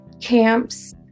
camps